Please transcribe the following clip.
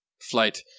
flight